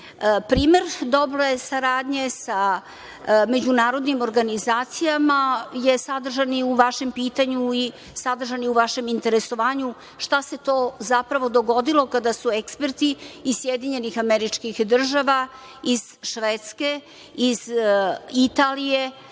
rekli. Primer dobre saradnje sa međunarodnim organizacijama je sadržan i u vašem pitanju i sadržan je i u vašem interesovanju šta se to zapravo dogodilo kada su eksperti iz SAD, iz Švedske, iz Italije